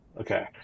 okay